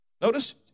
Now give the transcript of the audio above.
Notice